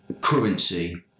currency